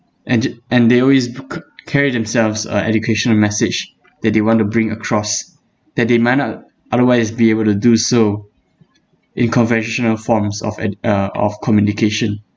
and j~ and they always p~ c~ carry themselves a educational message that they want to bring across that they might not otherwise be able to do so in conventional forms of ed~ uh of communication